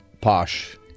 posh